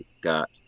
got